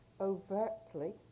overtly